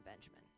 Benjamin